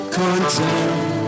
content